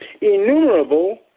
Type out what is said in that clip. innumerable